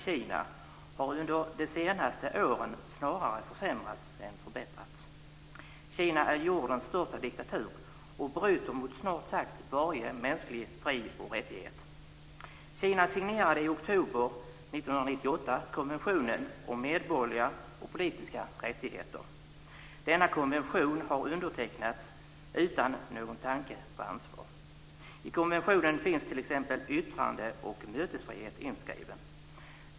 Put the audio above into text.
Kina har under de senaste åren snarare försämrats än förbättrats. Kina är jordens största diktatur och bryter mot snart sagt varje mänsklig fri och rättighet. Kina signerade i oktober 1998 konventionen om medborgerliga och politiska rättigheter. Denna konvention har undertecknats utan någon tanke på ansvar. I konventionen finns t.ex. yttrande och mötesfrihet inskrivna.